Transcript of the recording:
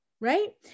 right